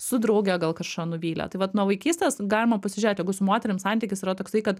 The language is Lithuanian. su drauge gal kažką nuvylė tai vat nuo vaikystės galima pasižiūrėt jeigu moterim santykis yra toksai kad